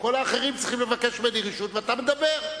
כל האחרים צריכים לבקש ממני רשות ואתה מדבר,